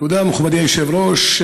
תודה, מכובדי היושב-ראש.